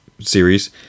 series